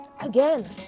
Again